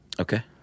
Okay